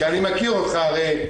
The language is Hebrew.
כי אני מכיר אותך הרי,